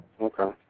Okay